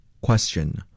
Question